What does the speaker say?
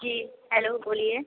जी hello बोलिए